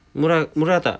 murah-murah tak